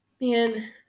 Man